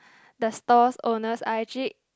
the store's owners are actually